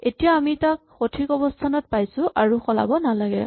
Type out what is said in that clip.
এতিয়া আমি তাক সঠিক অৱস্হানত পাইছো আৰু সলাব নালাগে